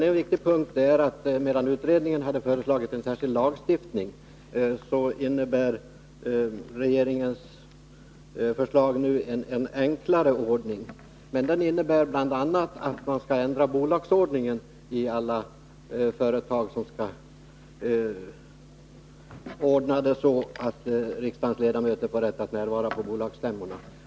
En viktig skillnad är dock att medan utredningen hade föreslagit en särskild lagstiftning, innebär regeringens förslag en enklare ordning. Men den medför bl.a. att bolagsordningen skall ändras i alla företag som skall ge riksdagens ledamöter rätt att närvara på bolagsstämmorna.